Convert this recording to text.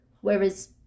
whereas